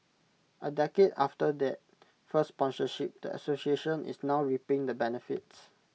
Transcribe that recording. A decade after that first sponsorship the association is now reaping the benefits